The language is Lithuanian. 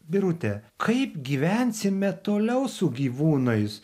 birute kaip gyvensime toliau su gyvūnais